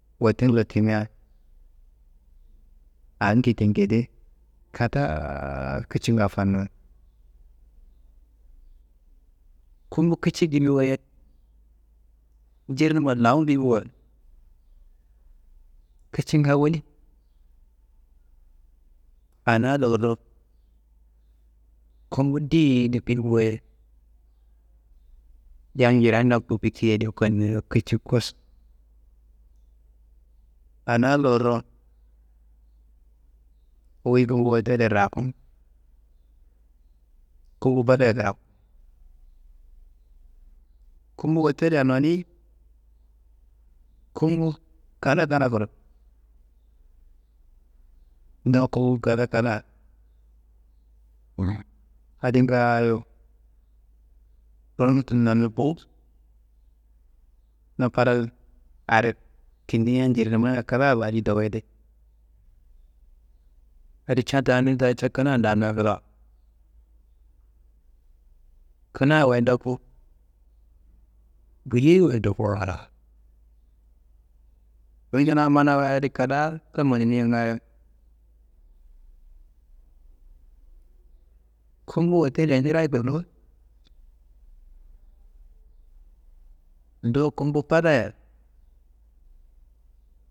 Hottelo timmia a ngede ngede kadaa kicinga fannuyi, kumbu kici bimi waye, mjirnumma lawu bimiwa kicinga woli. Ana lorro kumbu ndeyedi bimi waye yan njirea ndoku bikiye di koniya kici kossu. Ana lorro wuyi kumbu hottela rakunu, kumbu fadaya kiraku, kumbu hottelya noniyi, kumbu kada kada kuro, ndoku kada kina. Adi ngaayo runum tumu nannubu na fadan are kinti yan njirnummaya kina wadi dowuyide. Adi ca ta ni ta kina damia ngilawo, kina wayi nda ku, biyei wayi ndokuwa glawo. Wuyi kina mana wuya di kadaaro mananiya ngaayo, kumbu hotelya njirayi ngulluwunu ndo kumbu fadaya.